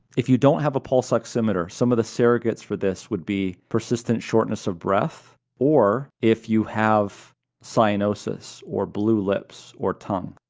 if you don't have a pulse oximeter, some of the surrogates for this would be persistent shortness of breath or if you have cyanosis, or blue lips or tongue.